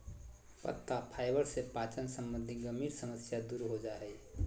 पत्ता फाइबर से पाचन संबंधी गंभीर समस्या दूर हो जा हइ